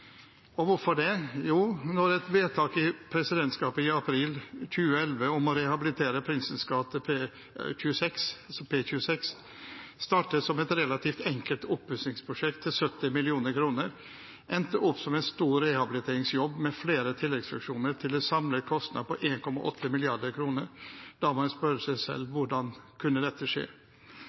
foruten. Hvorfor det? Jo, når et vedtak i presidentskapet i april 2011 om å rehabilitere Prinsens gate 26, altså P26, startet som et relativt enkelt oppussingsprosjekt til 70 mill. kr, men endte opp som en stor rehabiliteringsjobb med flere tilleggsfunksjoner, med en samlet kostnad på 1,8 mrd. kr, må en spørre seg selv hvordan dette kunne skje.